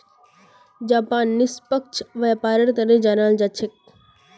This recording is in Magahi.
जापान निष्पक्ष व्यापारेर तने जानाल जा छेक